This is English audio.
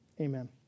amen